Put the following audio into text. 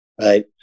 right